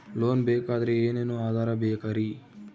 Loan ಬೇಕಾದ್ರೆ ಏನೇನು ಆಧಾರ ಬೇಕರಿ?